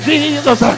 Jesus